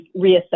reassess